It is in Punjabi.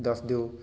ਦੱਸ ਦਿਓ